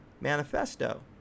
manifesto